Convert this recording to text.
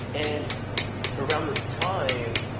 and around this time,